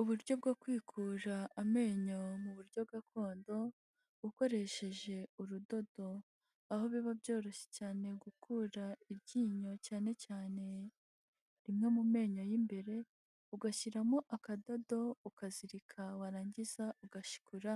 Uburyo bwo kwikura amenyo mu buryo gakondo ukoresheje urudodo, aho biba byoroshye cyane gukura iryinyo cyane cyane rimwe mu menyo y'imbere, ugashyiramo akadodo ukazirika warangiza ugashikura